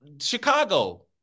Chicago